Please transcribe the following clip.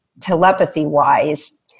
telepathy-wise